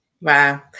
Wow